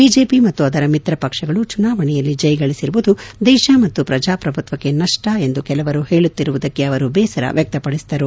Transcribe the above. BJP ಮತ್ತು ಅದರ ಮಿತ್ರ ಪಕ್ಷಗಳು ಚುನಾವಣೆಯಲ್ಲಿ ಜಯಗಳಿಸಿರುವುದು ದೇಶ ಮತ್ತು ಪ್ರಜಾಪ್ರಭುತ್ವಕ್ಷ ನಷ್ಟ ಎಂದು ಕೆಲವರು ಹೇಳುತ್ತಿರುವುದಕ್ಕೆ ಅವರು ಬೇಸರ ವ್ಯಕ್ತಪಡಿಸಿದರು